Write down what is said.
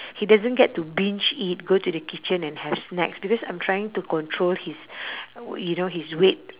he doesn't get to binge eat go to the kitchen and have snacks because I'm trying to control his you know his weight